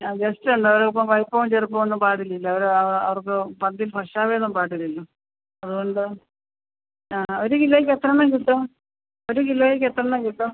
ആ ഗസ്റ്റുണ്ട് അപ്പോൾ വലിപ്പവും ചെറുപ്പം ഒന്നും പാടില്ലല്ലോ അവർ ആ അവർക്ക് അതിൽ പക്ഷാഭേദം പാടില്ലല്ലോ അതുകൊണ്ട് ആ ഒരു കിലോയ്ക്ക് എത്രണ്ണം കിട്ടും ഒരു കിലോയ്ക്ക് എത്രണ്ണം കിട്ടും